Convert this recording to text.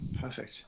perfect